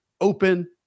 open